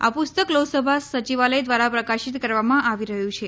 આ પુસ્તક લોકસભા સચિવાલય દ્રારા પ્રકાશીતકરવામાં આવી રહ્યું છે